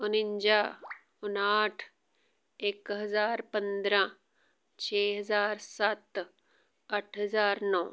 ਉਣੰਜਾ ਉਨਾਹਠ ਇੱਕ ਹਜ਼ਾਰ ਪੰਦਰਾਂ ਛੇ ਹਜ਼ਾਰ ਸੱਤ ਅੱਠ ਹਜ਼ਾਰ ਨੌ